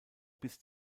bis